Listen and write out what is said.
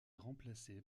remplacée